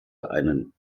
einen